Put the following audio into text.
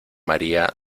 maría